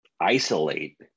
isolate